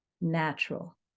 natural